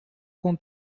com